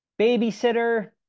babysitter